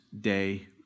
day